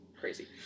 crazy